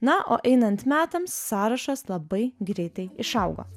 na o einant metams sąrašas labai greitai išaugo